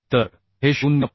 तर हे 0